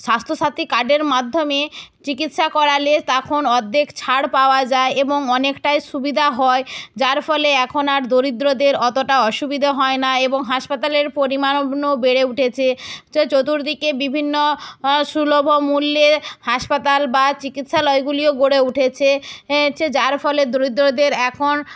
স্বাস্থ্যসাথী কার্ডের মাধ্যমে চিকিৎসা করালে তখন অর্দ্ধেক ছাড় পাওয়া যায় এবং অনেকটাই সুবিধা হয় যার ফলে এখন আর দরিদ্রদের অতটা অসুবিধে হয় না এবং হাসপাতালের পরিমাণও বেড়ে উঠেছে চতুর্দিকে বিভিন্ন সুলভ মূল্যের হাসপাতাল বা চিকিৎসালয়গুলিও গড়ে উঠেছে যার ফলে দরিদ্রদের এখন